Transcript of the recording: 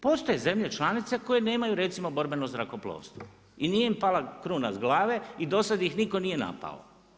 Postoje zemlje članice koje nemaju recimo borbeno zrakoplovstvo i nije im pala kruna s glave i do sada ih nitko nije napao.